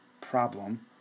problem